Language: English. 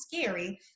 scary